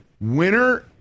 Winner